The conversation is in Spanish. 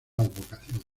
advocación